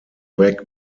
back